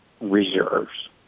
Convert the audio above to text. reserves